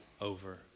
over